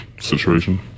situation